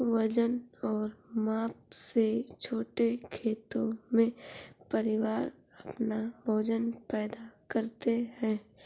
वजन और माप से छोटे खेतों में, परिवार अपना भोजन पैदा करते है